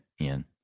Ian